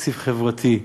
תקציב חברתי,